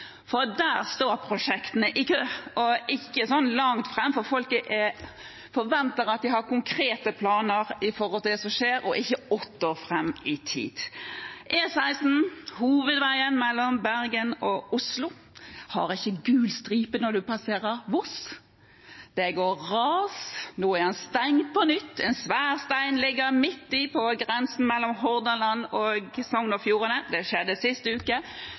For der står prosjektene i kø – og ikke så langt frAm, for folk forventer at man har konkrete planer for det som skjer, og ikke for åtte år frAm i tid. E16, hovedveien mellom Bergen og Oslo, har ikke gul stripe når man passerer Voss. Det går ras. Nå er den stengt på nytt. En svær stein ligger midt på grensen mellom Hordaland og Sogn og Fjordane. Det skjedde sist uke.